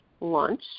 launch